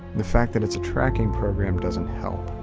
the fact that it's a tracking program doesn't help.